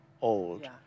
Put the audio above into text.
old